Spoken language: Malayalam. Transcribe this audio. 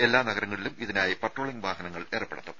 എല്ലാ നഗരങ്ങളിലും ഇതിനായി പട്രോളിംഗ് വാഹനങ്ങൾ ഏർപ്പെടുത്തും